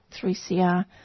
3CR